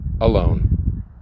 alone